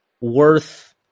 worth